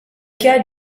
cas